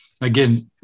again